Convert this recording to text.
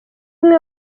umwe